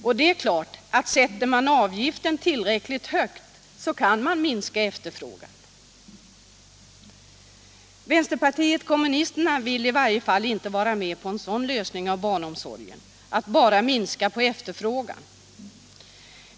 Och det är klart att sätter man avgiften tillräckligt högt kan man minska efterfrågan. Vänsterpartiet kommunisterna vill i varje fall inte vara med på en sådan lösning av barnomsorgen, att minska på efterfrågan.